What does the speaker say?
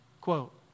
Quote